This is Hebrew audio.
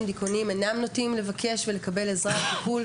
ודיכאוניים אינם נוטים לבקש עזרה וטיפול,